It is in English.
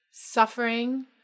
suffering